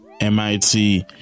MIT